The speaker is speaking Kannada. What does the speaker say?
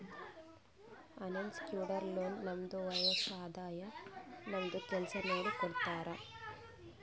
ಅನ್ಸೆಕ್ಯೂರ್ಡ್ ಲೋನ್ ನಮ್ದು ವಯಸ್ಸ್, ಆದಾಯ, ನಮ್ದು ಕೆಲ್ಸಾ ನೋಡಿ ಕೊಡ್ತಾರ್